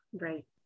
Right